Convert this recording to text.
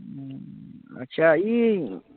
अच्छा ई